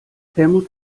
helmut